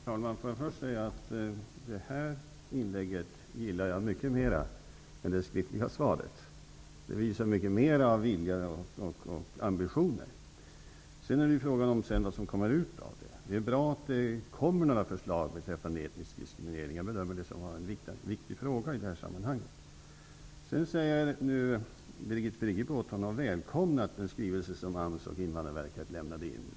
Fru talman! Får jag först säga att jag gillade det här senaste inlägget mycket mer än det skriftliga svaret. Det visar mycket mer av vilja och ambition. Frågan är sedan vad som kommer ut av det. Det är bra att det kommer förslag beträffande etnisk diskriminering. Jag bedömer det som en viktig fråga i sammanhanget. Birgit Friggebo säger att hon har välkomnat den skrivelse som AMS och Invandrarverket lämnat in.